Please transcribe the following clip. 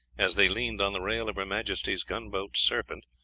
as they leaned on the rail of her majesty's gunboat serpent,